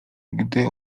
gdy